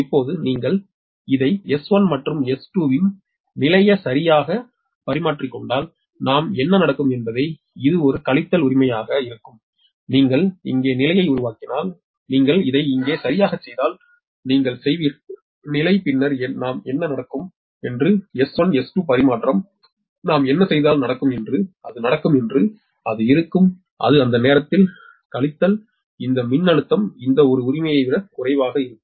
இப்போது நீங்கள் இதை S1 மற்றும் S2 இன் நிலையை சரியாக பரிமாறிக்கொண்டால் நாம் என்ன நடக்கும் என்பது இது ஒரு கழித்தல் உரிமையாக இருக்கும் நீங்கள் இங்கே நிலையை உருவாக்கினால் நீங்கள் இதை இங்கே சரியாகச் செய்தால் நீங்கள் செய்வீர்கள் நிலை பின்னர் நாம் என்ன நடக்கும் என்று S1 S2 பரிமாற்றம் நாம் என்ன நடக்கும் என்று அது நடக்கும் என்று அது இருக்கும் அது அந்த நேரத்தில் கழித்தல் இந்த மின்னழுத்தம் இந்த ஒரு உரிமையை விட குறைவாக இருக்கும்